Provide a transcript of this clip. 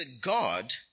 God